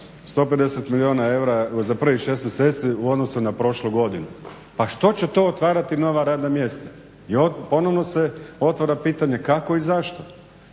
150 milijuna eura za prvih 6 mjeseci u odnosu na prošlu godinu. Pa što će to otvarati nova radna mjesta? I ponovno se otvara pitanje kako i zašto?